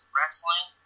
Wrestling